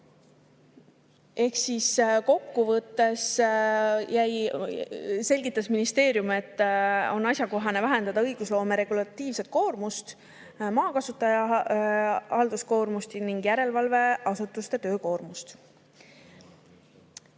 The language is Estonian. kahju. Kokkuvõttes selgitas ministeerium, et on asjakohane vähendada õigusloome regulatiivset koormust, maakasutaja halduskoormust ning järelevalveasutuste töökoormust.